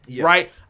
Right